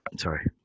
sorry